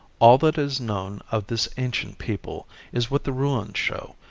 all that is known of this ancient people is what the ruins show,